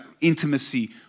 intimacy